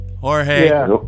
Jorge